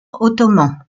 ottoman